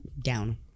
down